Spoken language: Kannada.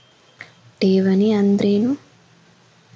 ಠೇವಣಿ ಅಂದ್ರೇನು?